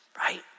Right